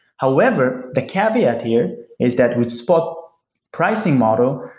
however, the caveat here is that with spot pricing model,